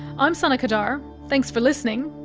i'm sana qadar, thanks for listening,